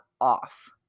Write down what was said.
off